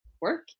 work